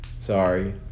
Sorry